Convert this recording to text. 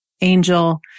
angel